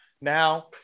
Now